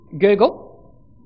Google